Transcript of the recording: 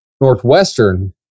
Northwestern